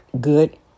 good